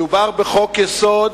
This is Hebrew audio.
מדובר בחוק-יסוד